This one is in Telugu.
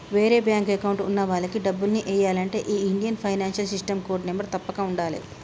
వేరే బ్యేంకు అకౌంట్ ఉన్న వాళ్లకి డబ్బుల్ని ఎయ్యాలంటే ఈ Indian financial system code number తప్పక ఉండాలే